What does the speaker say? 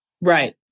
Right